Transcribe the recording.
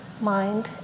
mind